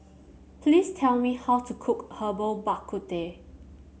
please tell me how to cook Herbal Bak Ku Teh